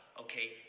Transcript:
okay